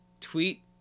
tweet